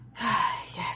Yes